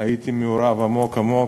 הייתי מעורב עמוק עמוק.